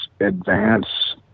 advance